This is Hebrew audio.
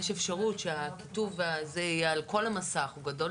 עושים היסטוריה ויוצאים לדרך אחרי החלטת הממשלה,